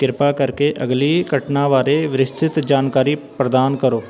ਕਿਰਪਾ ਕਰਕੇ ਅਗਲੀ ਘਟਨਾ ਬਾਰੇ ਵਿਸਤ੍ਰਿਤ ਜਾਣਕਾਰੀ ਪ੍ਰਦਾਨ ਕਰੋ